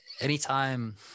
anytime